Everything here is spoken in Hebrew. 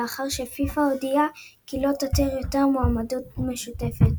לאחר שפיפ"א הודיעה כי לא תתיר יותר מועמדות משותפת.